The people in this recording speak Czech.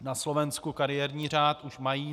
Na Slovensku kariérní řád už mají.